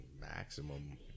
maximum